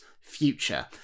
future